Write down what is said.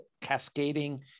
cascading